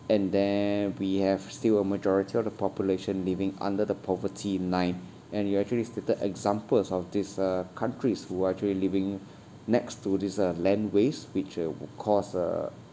and then we have still a majority of the population living under the poverty line and you actually stated examples of these uh countries who are actually living next to this uh land waste which uh would cause uh